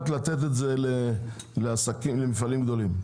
האם נותנים את זה רק למפעלים גדולים?